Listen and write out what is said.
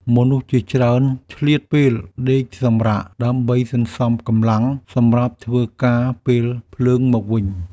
មនុស្សជាច្រើនឆ្លៀតពេលដេកសម្រាក ដើម្បីសន្សំកម្លាំងសម្រាប់ធ្វើការពេលភ្លើងមកវិញ។